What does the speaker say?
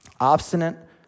Obstinate